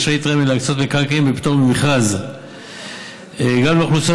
רשאית רמ"י להקצות מקרקעין בפטור ממכרז גם לאוכלוסיות